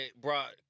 brought